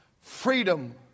freedom